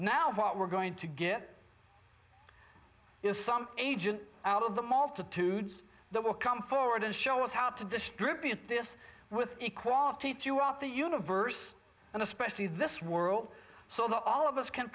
now what we're going to get is some agent out of the multitude that will come forward and show us how to distribute this with equality throughout the universe and especially this world so that all of us can